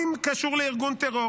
טרור